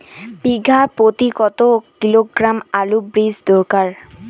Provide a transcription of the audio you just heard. বিঘা প্রতি কত কিলোগ্রাম আলুর বীজ দরকার?